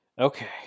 Okay